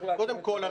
קודם כל,